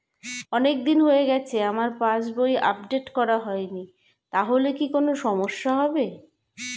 অনেকদিন হয়ে গেছে আমার পাস বই আপডেট করা হয়নি তাহলে কি কোন সমস্যা হবে?